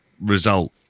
result